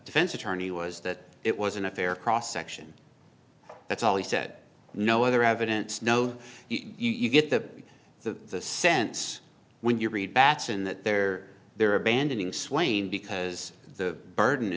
defense attorney was that it was an affair cross section that's all he said no other evidence no you get the the sense when you read bateson that they're they're abandoning swayne because the burden